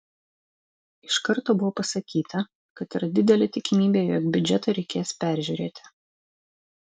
iš karto buvo pasakyta kad yra didelė tikimybė jog biudžetą reikės peržiūrėti